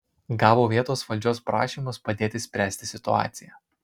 gavo vietos valdžios prašymus padėti spręsti situaciją